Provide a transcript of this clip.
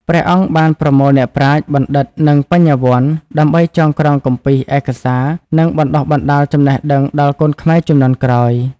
ព្រះអង្គបានប្រមូលអ្នកប្រាជ្ញ បណ្ឌិត និងបញ្ញវន្ត ដើម្បីចងក្រងគម្ពីរ ឯកសារ និងបណ្ដុះបណ្ដាលចំណេះដឹងដល់កូនខ្មែរជំនាន់ក្រោយ ។